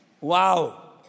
Wow